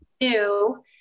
new